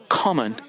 common